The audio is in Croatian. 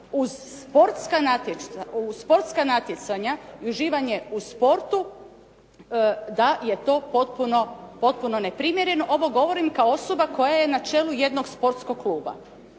uz sportska natjecanja i uživanje u sportu da je to potpuno neprimjereno. Ovo govorim kao osoba koja je na čelu jednog sportskog kluba